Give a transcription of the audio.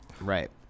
Right